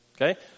Okay